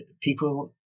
people